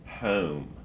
home